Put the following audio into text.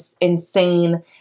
insane